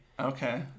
Okay